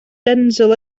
denzil